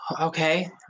okay